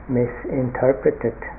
misinterpreted